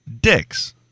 Dicks